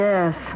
Yes